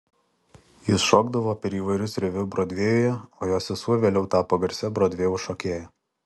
jis šokdavo per įvairius reviu brodvėjuje o jo sesuo vėliau tapo garsia brodvėjaus šokėja